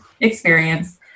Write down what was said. experience